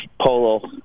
polo